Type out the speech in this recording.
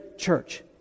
Church